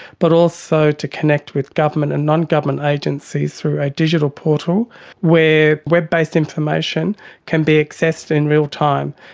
but also to connect with government and non-government agencies through a digital portal where web based information can be accessed in real time.